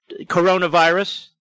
coronavirus